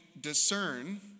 discern